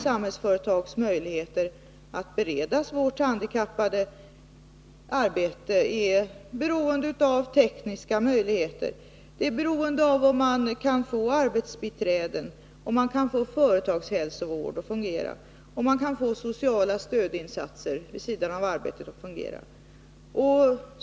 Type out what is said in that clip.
Samhällsföretags möjligheter att bereda svårt handikappade arbete är beroende av de tekniska förutsättningarna. De är beroende av om man kan få arbetsbiträden, om man kan få företagshälsovården att fungera och om man kan få sociala stödinsatser vid sidan av arbetet att fungera.